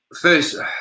first